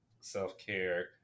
self-care